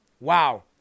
wow